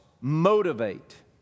motivate